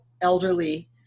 elderly